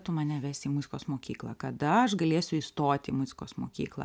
tu mane vesi į muzikos mokyklą kada aš galėsiu įstoti į muzikos mokyklą